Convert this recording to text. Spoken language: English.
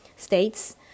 States